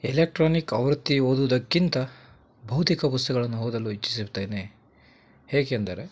electronic ಆವೃತ್ತಿ ಓದೋದಕ್ಕಿಂತ ಭೌತಿಕ ಪುಸ್ತಕಗಳನ್ನು ಓದಲು ಇಚ್ಛಿಸುತ್ತೇನೆ ಏಕೆಂದರೆ